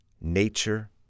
Nature